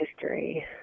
history